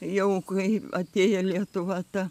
jau kaip atėjo lietuva ta